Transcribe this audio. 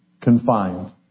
confined